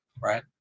Right